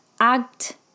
act